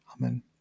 Amen